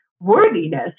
worthiness